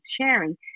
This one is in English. sharing